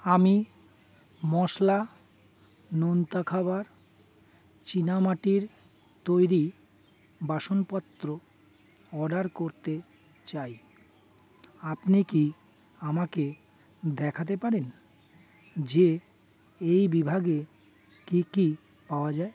আমি মশলা নোনতা খাবার চীনামাটির তৈরি বাসনপত্র অর্ডার করতে চাই আপনি কি আমাকে দেখাতে পারেন যে এই বিভাগে কি কি পাওয়া যায়